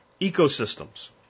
ecosystems